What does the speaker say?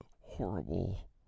horrible